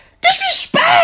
Disrespect